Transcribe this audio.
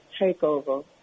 takeover